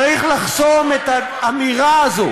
צריך לחסום את האמירה הזו,